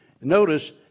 Notice